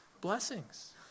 blessings